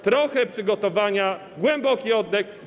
Trochę przygotowania, głęboki oddech.